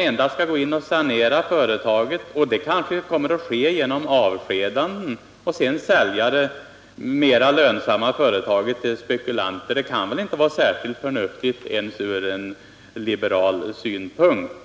endast skall gå in och sanera företaget — och det kommer kanske att ske genom avskedanden —- och sedan sälja det mera lönsamma företaget till spekulanter, kan väl inte vara särskilt förnuftigt ens från liberala utgångspunkter.